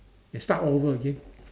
and start all over again